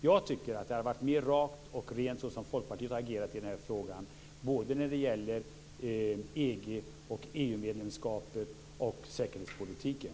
Jag tycker att det hade varit rakare och renare att agera som Folkpartiet hade önskat i den här frågan, inte bara när det gäller EG och EU-medlemskapet utan också när det gäller säkerhetspolitiken.